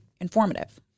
informative